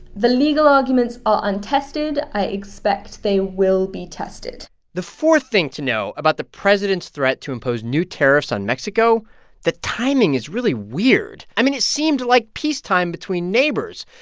the legal arguments are untested. i expect they will be tested the fourth thing to know about the president's threat to impose new tariffs on mexico the timing is really weird. i mean, it seemed like peace time between neighbors.